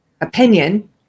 opinion